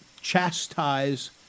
chastise